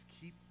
Keep